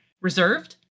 reserved